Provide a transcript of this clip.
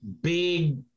big